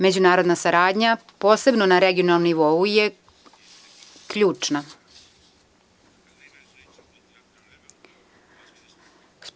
Međunarodna saradnja posebno na regionalnom nivou je ključna.